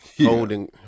Holding